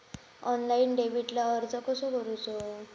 Online डेबिटला अर्ज कसो करूचो?